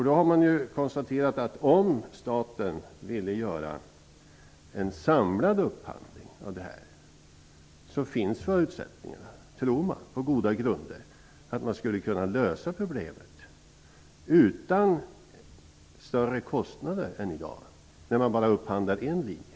Då har man konstaterat att om staten ville göra en samlad upphandling så finns förutsättningarna, tror man på goda grunder, att det skulle gå att lösa problemen utan större kostnader än i dag, när staten upphandlar bara en linje.